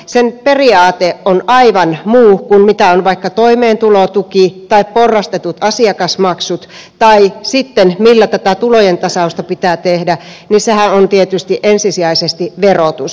sen periaate on aivan muu kuin mitä on vaikka toimeentulotuki tai porrastetut asiakasmaksut ja sitten millä tätä tulojen tasausta pitää tehdä sehän on tietysti ensisijaisesti verotus